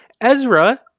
Ezra